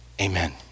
Amen